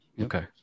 Okay